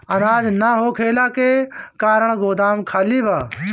अनाज ना होखला के कारण गोदाम खाली बा